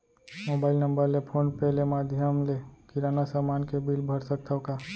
Mobile number ले phone पे ले माधयम ले किराना समान के बिल भर सकथव का?